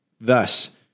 Thus